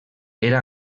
era